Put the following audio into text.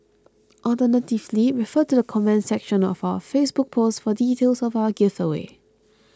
alternatively refer to the comments section of our Facebook post for details of our giveaway